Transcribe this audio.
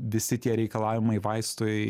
visi tie reikalavimai vaistui